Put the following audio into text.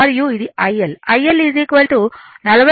మరియు ఇది IL IL 43